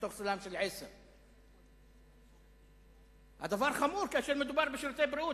מתוך סולם של 10. הדבר חמור כאשר מדובר בשירותי בריאות,